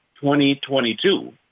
2022